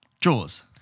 Jaws